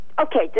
Okay